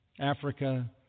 Africa